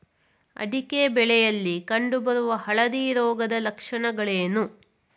ಅಡಿಕೆ ಬೆಳೆಯಲ್ಲಿ ಕಂಡು ಬರುವ ಹಳದಿ ರೋಗದ ಲಕ್ಷಣಗಳೇನು?